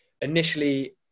initially